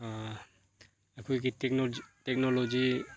ꯑꯩꯈꯣꯏꯒꯤ ꯇꯦꯛꯅꯣꯂꯣꯖꯤ